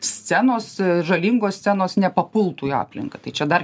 scenos žalingos scenos nepapultų į aplinką tai čia dar